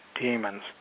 demons